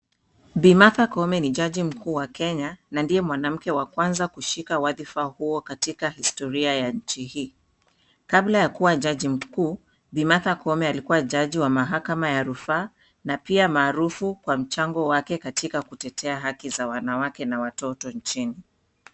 Bi. Martha Koome ni jaji mkuu wa kenya na ndiye mwanamke wa kwanza kushika wadhifa huo katika historia ya nchi hii. Kabla ya kuwa jaji mkuu , Bi Martha koome alikuwa jaji wa mahakama ya rufaa na pia maarufu kwa mchago wake katika kutetea haki za wanawake na watoto nchini.